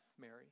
Mary